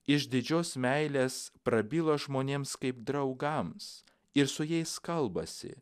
iš didžios meilės prabyla žmonėms kaip draugams ir su jais kalbasi